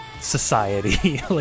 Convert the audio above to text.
society